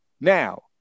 Now